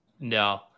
No